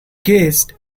gazed